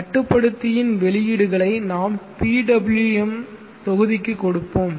கட்டுப்படுத்தியின் வெளியீடுகளை நாம் PWM தொகுதிக்கு கொடுப்போம்